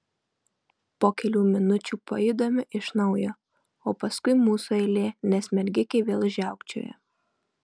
po kelių minučių pajudame iš naujo o paskui mūsų eilė nes mergikė vėl žiaukčioja